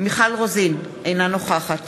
מיכל רוזין, אינה נוכחת